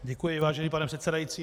Děkuji, vážený pane přesedající.